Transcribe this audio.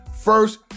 first